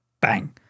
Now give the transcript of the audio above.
Bang